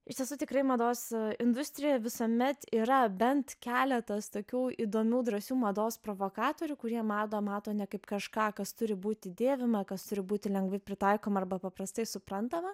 iš tiesų tikrai mados industrijoje visuomet yra bent keletas tokių įdomių drąsių mados provokatorių kurie madą mato ne kaip kažką kas turi būti dėvima kas turi būti lengvai pritaikoma arba paprastai suprantama